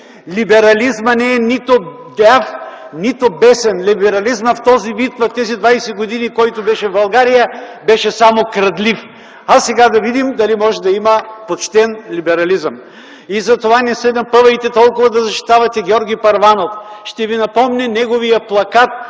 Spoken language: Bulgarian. Либерализмът не е нито ляв, нито десен. Либерализмът в този вид през тези 20 години, в които беше в България, беше само крадлив. Хайде сега да видим дали има почтен либерализъм! И затова не се напъвайте толкова да защитавате Георги Първанов! Ще ви напомня неговия плакат